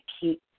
keep